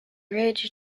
ridge